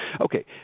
Okay